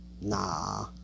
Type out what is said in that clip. Nah